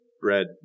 bread